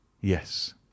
Yes